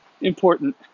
important